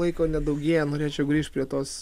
laiko nedaugėja norėčiau grįžt prie tos